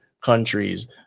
countries